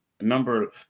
number